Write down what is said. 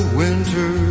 winter